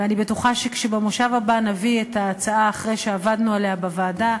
ואני בטוחה שכשבמושב הבא נביא את ההצעה אחרי שעבדנו עליה בוועדה,